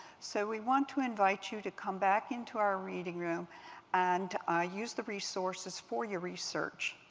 so we want to invite you to come back into our reading room and ah use the resources for your research.